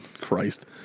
Christ